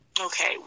okay